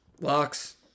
Locks